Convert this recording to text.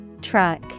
Truck